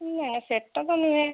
ନା ନା ସେଟା ତ ନୁହେଁ